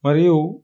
మరియు